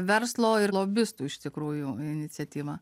verslo ir lobistų iš tikrųjų iniciatyva